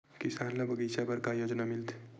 किसान ल बगीचा बर का योजना मिलथे?